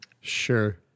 Sure